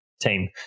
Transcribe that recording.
team